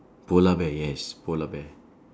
polar bear yes polar bear